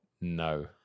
No